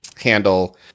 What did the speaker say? handle